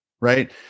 Right